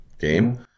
game